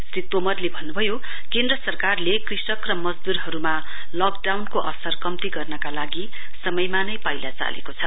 श्री तोमरले भन्नुभयो केन्द्र सरकारले कृषक र मजदूरहरुमा लकडाउनको असर कम्ती गर्नका लागि समयमा नै पाइला चालेको छ